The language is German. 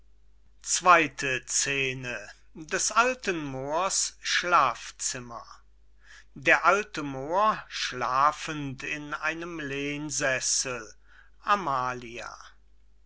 zweyte scene des alten moors schlafzimmer der alte moor schlafend in einem lehnsessel amalia